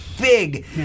big